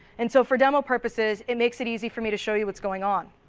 and so for demo purposes it makes it easier for me to show you what's going on.